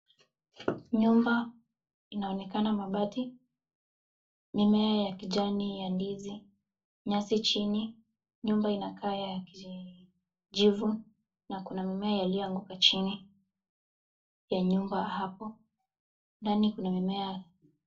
Nyumba inaonekana mabati, mimea ya kijani ya ndizi, nyasi chini. Nyumba inakaa ya kijivu na kuna mimea yaliyoanguka chini ya nyumba hapo. Ndani kuna mimea